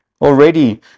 Already